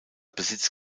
besitz